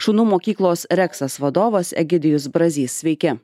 šunų mokyklos reksas vadovas egidijus brazys sveiki